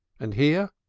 and here?